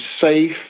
safe